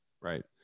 Right